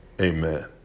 amen